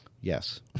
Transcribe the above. Yes